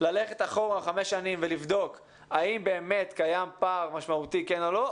ללכת אחורה חמש שנים ולבדוק האם באמת קיים פער משמעותי כן או לא,